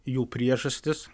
jų priežastis